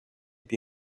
più